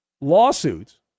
lawsuits